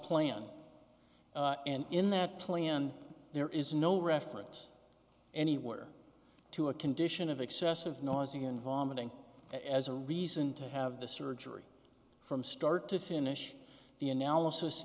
plan and in that plan there is no reference anywhere to a condition of excessive nausea and vomiting as a reason to have the surgery from start to finish the analysis